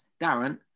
Darren